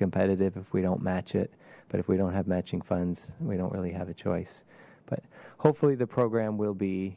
competitive if we don't match it but if we don't have matching funds and we don't really have a choice but hopefully the program will be